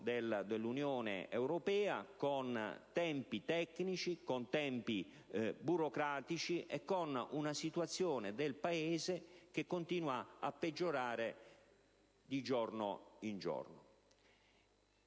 dell'Unione europea con tempi tecnici, con tempi burocratici e con una situazione del Paese che continua a peggiorare di giorno in giorno.